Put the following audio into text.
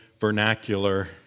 vernacular